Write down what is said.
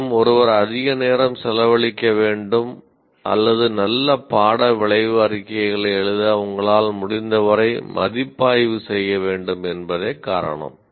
மேலும் ஒருவர் அதிக நேரம் செலவழிக்க வேண்டும் அல்லது நல்ல பாட விளைவு அறிக்கைகளை எழுத உங்களால் முடிந்தவரை மதிப்பாய்வு செய்ய வேண்டும் என்பதே காரணம்